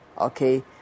okay